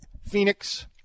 phoenix